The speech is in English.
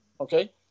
okay